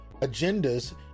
agendas